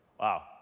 Wow